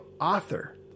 author